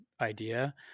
idea